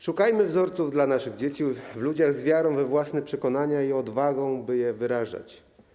Szukajmy wzorców dla naszych dzieci w ludziach z wiarą we własne przekonania i odwagą, by je wyrażać.